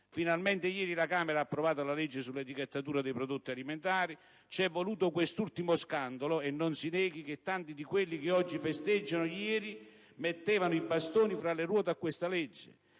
Finalmente ieri la Camera dei deputati ha approvato la legge sull'etichettatura dei prodotti alimentari. C'è voluto questo ultimo scandalo: non si neghi che tanti di quelli che oggi festeggiano, ieri mettevano i bastoni tra le ruote a questa legge!